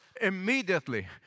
immediately